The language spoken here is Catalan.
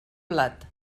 blat